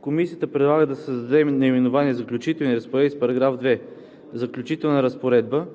Комисията предлага да се създаде наименование „Заключителна разпоредба“ с § 2: „Заключителна разпоредба: